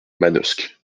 manosque